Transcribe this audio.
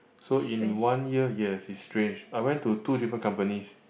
so in one year yes it's strange I went to two different companies